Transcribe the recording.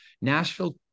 Nashville